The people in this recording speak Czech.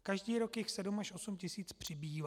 Každý rok jich 7 až 8 tisíc přibývá.